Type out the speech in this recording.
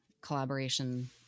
collaboration